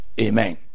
Amen